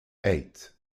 eight